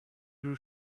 grew